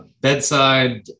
bedside